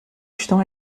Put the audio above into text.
estão